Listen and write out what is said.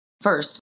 First